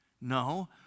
No